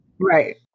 right